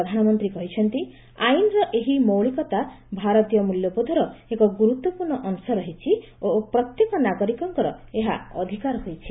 ପ୍ରଧାନମନ୍ତ୍ରୀ କହିଛନ୍ତି ଆଇନ୍ର ଏହି ମୌଳିକତା ଭାରତୀୟ ମୂଲ୍ୟବୋଧର ଏକ ଗୁରୁତ୍ୱପୂର୍ଣ୍ଣ ଅଂଶ ରହିଛି ଓ ପ୍ରତ୍ୟେକ ନାଗରିକ ଙ୍କର ଏହା ଅଧିକାର ହୋଇଛି